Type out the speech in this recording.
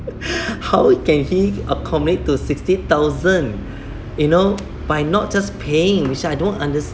how can he accommodate to sixty thousand you know by not just paying which I don't understand